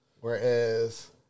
Whereas